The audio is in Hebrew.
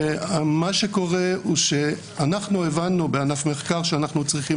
אנחנו בענף מחקר הבנו שאנחנו צריכים